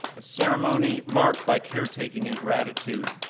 a ceremony marked by caretaking and gratitude.